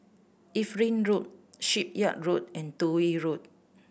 Evelyn Road Shipyard Road and Toh Yi Road